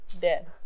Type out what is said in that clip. dead